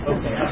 Okay